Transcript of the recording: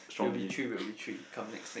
we will be three we will be three come next next